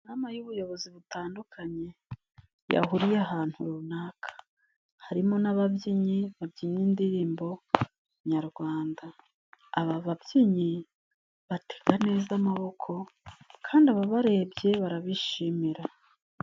Inama y'ubuyobozi butandukanye yahuriye ahantu runaka harimo n'ababyinnyi babyina indirimbo nyarwanda, aba babyinnyi batega neza amaboko kandi ababarebye barabishimira.